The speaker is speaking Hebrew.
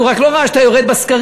הוא רק לא ראה שאתה יורד בסקרים,